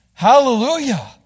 Hallelujah